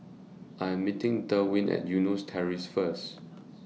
I Am meeting Derwin At Eunos Terrace First